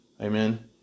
Amen